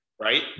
right